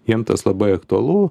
jiem tas labai aktualu